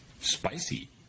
Spicy